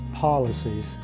policies